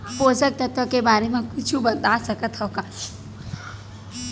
पोषक तत्व के बारे मा कुछु बता सकत हवय?